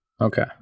Okay